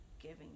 giving